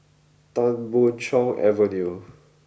Tan Boon Chong Avenue